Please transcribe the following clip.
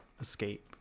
escape